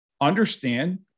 understand